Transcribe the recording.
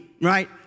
right